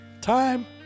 Time